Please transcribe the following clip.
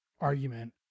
argument